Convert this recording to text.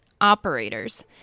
operators